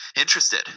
interested